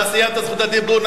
אתה סיימת, את רשות הדיבור.